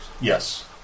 Yes